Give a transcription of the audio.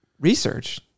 Research